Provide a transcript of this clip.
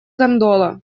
гондола